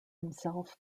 himself